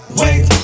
wait